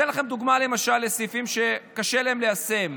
אתן לכם דוגמה למשל לסעיפים שקשה להם ליישם: